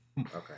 Okay